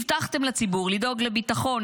הבטחתם לציבור לדאוג לביטחון,